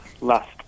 last